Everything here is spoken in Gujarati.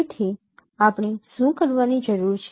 તેથી આપણે શું કરવાની જરૂર છે